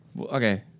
Okay